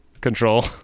control